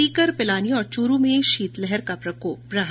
सीकर पिलानी और चूरू में शीतलहर का प्रकोप रहा